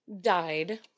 died